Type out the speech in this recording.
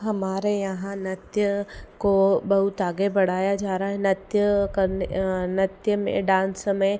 हमारे यहाँ नृत्य को बहुत आगे बढ़ाया जा रहा है नृत्य करने नृत्य में डान्स हमें